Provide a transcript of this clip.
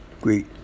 Great